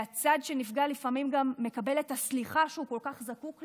והצד שנפגע לפעמים גם מקבל את הסליחה שהוא כל כך זקוק לה,